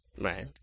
Right